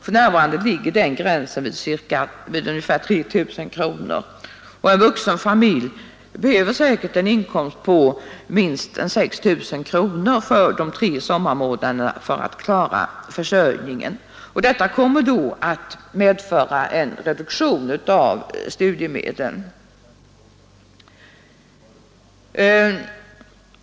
För närvarande ligger den gränsen vid ungefär 3 000 kronor. En vuxenstuderandes familj behöver säkert en inkomst på minst 6 000 kronor för att klara försörjningen under de tre sommarmånaderna. Detta kommer alltså att medföra en reduktion av studiemedlen.